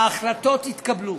ההחלטות התקבלו.